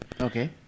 Okay